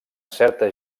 certa